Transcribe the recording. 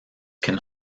can